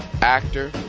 actor